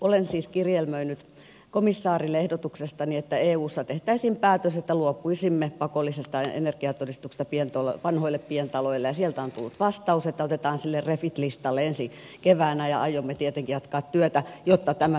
olen siis kirjelmöinyt komissaarille ehdotuksestani että eussa tehtäisiin päätös että luopuisimme pakollisesta energiatodistuksesta vanhoille pientaloille ja sieltä on tullut vastaus että otetaan sille refit listalle ensi keväänä ja aiomme tietenkin jatkaa työtä jotta tämä saataisiin